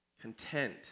content